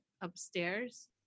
upstairs